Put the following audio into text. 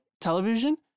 television